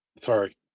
Sorry